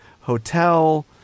Hotel